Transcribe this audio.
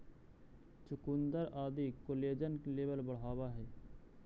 चुकुन्दर आदि collagen level बढ़ावऽ हई